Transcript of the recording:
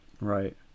Right